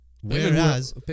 Whereas